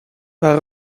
waar